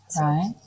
right